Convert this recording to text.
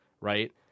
right